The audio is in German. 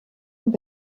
und